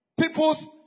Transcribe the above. people's